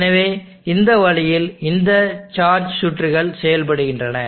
எனவே இந்த வழியில் இந்த சார்ஜ சுற்றுகள் செயல்படுகின்றன